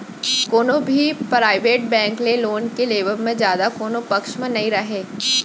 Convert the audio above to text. कोनो भी private bank ले लोन के लेवब म जादा कोनो पक्छ म नइ राहय